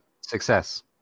Success